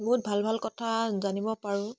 বহুত ভাল ভাল কথা জানিব পাৰোঁ